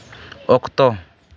ᱚᱠᱛᱚ